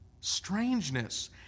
Strangeness